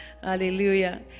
Hallelujah